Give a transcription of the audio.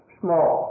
small